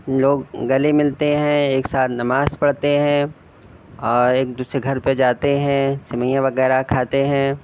لوگ گلے ملتے ہیں ایک ساتھ نماز پڑھتے ہیں اور ایک دوسرے کے گھر پہ جاتے ہیں سوئیاں وغیرہ کھاتے ہیں